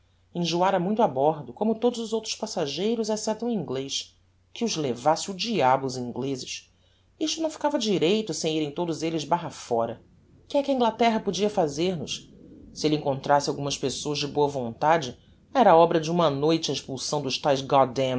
mais enjoára muito a bordo como todos os outros passageiros excepto um inglez que os levasse o diabo os inglezes isto não ficava direito sem irem todos elles barra fóra que é que a inglaterra podia fazer nos se elle encontrasse algumas pessoas de boa vontade era obra de uma noite a expulsão dos taes